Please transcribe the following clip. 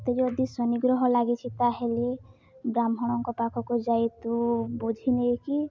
ମୋତେ ଯଦି ଶନି ଗ୍ରହ ଲାଗିଛିି ତାହେଲେ ବ୍ରାହ୍ମଣଙ୍କ ପାଖକୁ ଯାଇ ତୁ ବୁଝି ନେଇକି